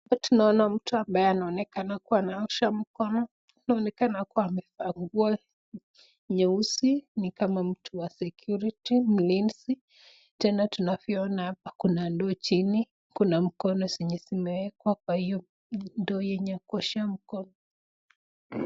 Hapa tunaona mtu ambaye anaonekana kuwa anaosha mkono, anaonekana kuwa amevaa nguo nyeusi ni kama mtu wa security mlinzi. Tena tunavyoona hapa kuna ndoo chini, kuna mkono zenye zimeweka kwa hiyo ndoo ya kuoshea mkono.